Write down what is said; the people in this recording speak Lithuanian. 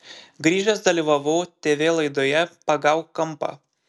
grįžęs dalyvavau tv laidoje pagauk kampą